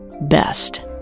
best